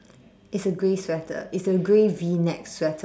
it's a grey sweater it's a grey V neck sweater